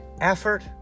Effort